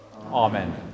Amen